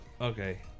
Okay